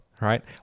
right